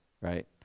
right